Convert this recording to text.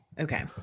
okay